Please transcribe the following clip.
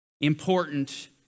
important